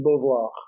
Beauvoir